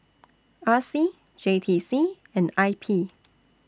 R C J T C and I P